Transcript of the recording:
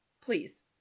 Please